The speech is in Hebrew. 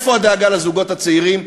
איפה הדאגה לזוגות הצעירים,